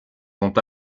sont